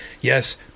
Yes